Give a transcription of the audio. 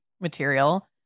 material